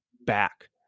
back